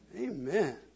Amen